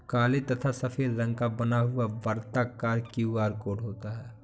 काले तथा सफेद रंग का बना हुआ वर्ताकार क्यू.आर कोड होता है